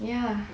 ya